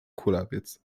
kulawiec